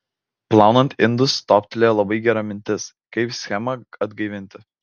plaunant indus toptelėjo labai gera mintis kaip schemą atgaivinti